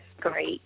great